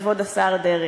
כבוד השר דרעי.